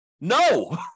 No